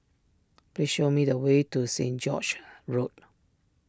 please show me the way to Saint George's Road